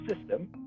system